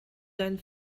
deinen